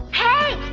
hey,